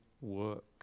work